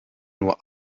nur